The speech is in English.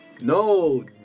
no